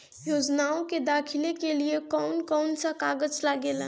योजनाओ के दाखिले के लिए कौउन कौउन सा कागज लगेला?